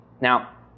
now